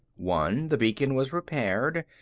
one the beacon was repaired.